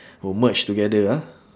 oh merge together ah